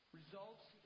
results